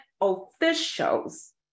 officials